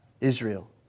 Israel